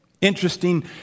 Interesting